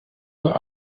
uhr